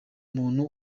umuntu